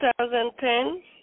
2010